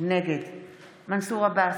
נגד מנסור עבאס,